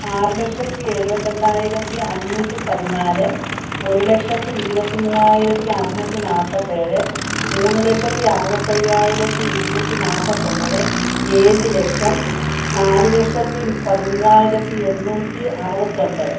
ആറ് ലക്ഷത്തി എഴുപത്തി എണ്ണായിരത്തി അഞ്ഞൂറ്റി പതിനാല് ഒരു ലക്ഷത്തി ഇരുപത്തി മൂവായിരത്തി അറുന്നൂറ്റി നാല്പത്തിയേഴ് മൂന്നു ലക്ഷത്തി അറുപത്തി അയ്യായിരത്തി ഇരുന്നൂറ്റി നാല്പത്തൊന്പത് ഏഴ് ലക്ഷം നാലു ലക്ഷത്തി പതിമൂവായിരത്തി എണ്ണൂറ്റി അറുപത്തി ഒൻപത്